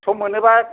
सम मोनोबा